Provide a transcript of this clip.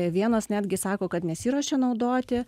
vienos netgi sako kad nesiruošia naudoti